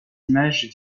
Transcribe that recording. images